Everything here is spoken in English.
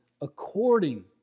according